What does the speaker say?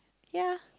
ya